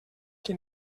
qui